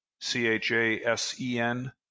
C-H-A-S-E-N